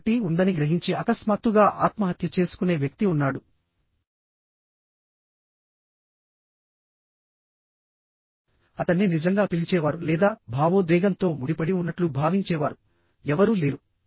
కాబట్టిఉందని గ్రహించి అకస్మాత్తుగా ఆత్మహత్య చేసుకునే వ్యక్తి ఉన్నాడు అతన్ని నిజంగా పిలిచేవారు లేదా భావోద్వేగంతో ముడిపడి ఉన్నట్లు భావించేవారు ఎవరూ లేరు